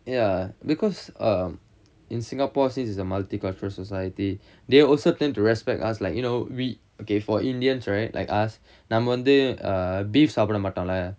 ya because um in singapore since it's a multi-cultural society they also tend to respect us like you know we okay for indians right like us நம்ம வந்து:namma vanthu err beef சாப்புட மாட்டம்ல:sappuda mattamla